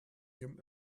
ihrem